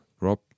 Rob